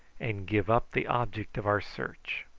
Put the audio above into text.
and give up the object of our search.